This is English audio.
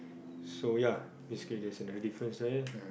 so ya basically there another difference there